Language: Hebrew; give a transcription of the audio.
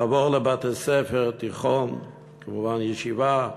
עבור לבתי-ספר, תיכון וישיבה.